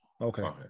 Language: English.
okay